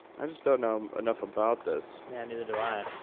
i just don't know enough about this. nah, neither do i.